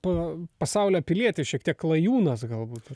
po pasaulio pilietis šiek tiek klajūnas galbūt